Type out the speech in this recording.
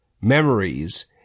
memories